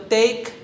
take